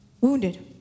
wounded